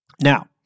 Now